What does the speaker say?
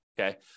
Okay